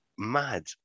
mad